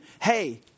Hey